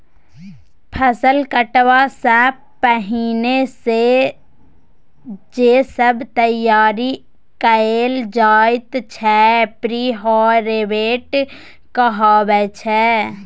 फसल कटबा सँ पहिने जे सब तैयारी कएल जाइत छै प्रिहारवेस्ट कहाबै छै